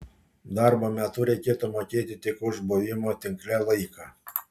darbo metu reikėtų mokėti tik už buvimo tinkle laiką